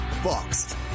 boxed